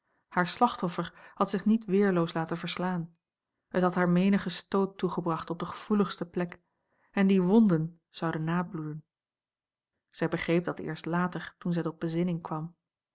haar slachtoffer had zich niet weerloos laten verslaan het had haar menigen stoot toegebracht op de gevoeligste plek en die wonden zouden nabloeden zij begreep dat eerst later toen a l g bosboom-toussaint langs een omweg zij tot bezinning kwam